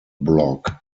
blog